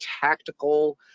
tactical